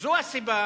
זו הסיבה